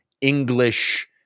English